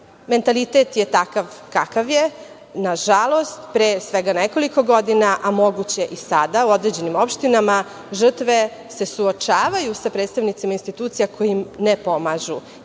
mentalitet je takav kakav je. Nažalost, pre svega nekoliko godina, a moguće i sada, u određenim opštinama, žrtve se suočavaju sa predstavnicima institucija koje im ne pomažu,